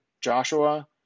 Joshua